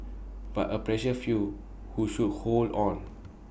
but A precious few who should hold on